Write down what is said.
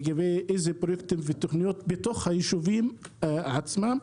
לגבי אילו פרויקטים ותכנית מתוכננים בתוך היישובים עצמם.